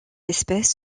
espèce